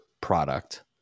product